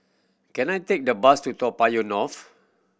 can I take the bus to Toa Payoh North